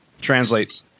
translate